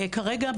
כרגע,